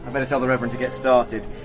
and tell the reverend to get started.